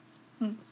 mm